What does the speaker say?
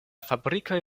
fabrikoj